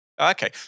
Okay